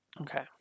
Okay